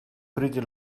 pretty